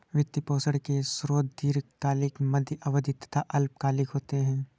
वित्त पोषण के स्रोत दीर्घकालिक, मध्य अवधी तथा अल्पकालिक होते हैं